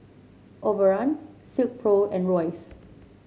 Overrun Silkpro and Royce